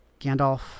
gandalf